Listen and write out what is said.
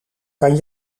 kan